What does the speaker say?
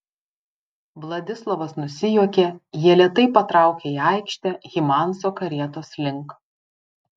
vladislovas nusijuokė jie lėtai patraukė į aikštę hymanso karietos link